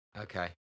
Okay